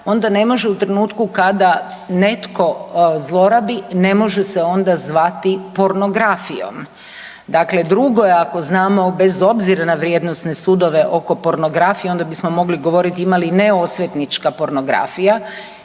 onda ne može u trenutku kada netko zlorabi, ne može se onda zvati pornografijom. Dakle, drugo je ako znamo bez obzira na vrijednosne sudove oko pornografije onda bismo mogli govoriti ima li ne osvetnička pornografija